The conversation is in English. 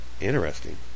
Interesting